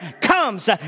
comes